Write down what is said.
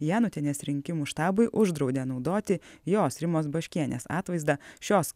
janutienės rinkimų štabui uždraudė naudoti jos rimos baškienės atvaizdą šios